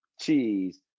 cheese